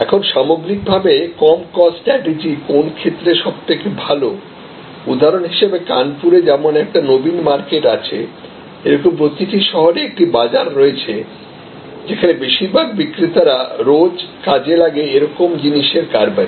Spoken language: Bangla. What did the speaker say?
এখন সামগ্রিক ভাবে কম কস্ট স্ট্র্যাটিজি কোন ক্ষেত্রে সবথেকে ভালো উদাহরন হিসাবে কানপুরে যেমন একটা নবীন মার্কেট আছে এরকম প্রতিটি শহরে একটি বাজার রয়েছে যেখানে বেশিরভাগ বিক্রেতারা রোজ কাজে লাগে এরকম জিনিসের কারবারি